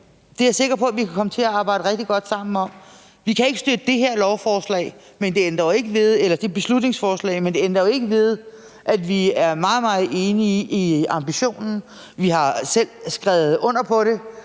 Det er jeg sikker på at vi kan komme til at arbejde rigtig godt sammen om. Vi kan ikke støtte det her beslutningsforslag, men det ændrer jo ikke ved, at vi er meget, meget enige i ambitionen. Vi har selv skrevet under på det,